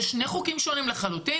אלה שני חוקים שונים לחלוטין,